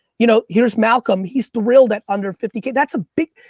you know here's malcolm, he's thrilled at under fifty k, that's a big.